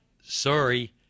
sorry